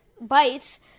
bites